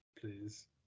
Please